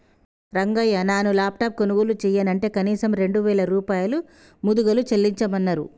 రంగయ్య నాను లాప్టాప్ కొనుగోలు చెయ్యనంటే కనీసం రెండు వేల రూపాయలు ముదుగలు చెల్లించమన్నరు